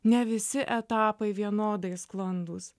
ne visi etapai vienodai sklandūs